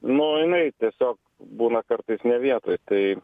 nu jinai tiesiog būna kartais ne vietoj tai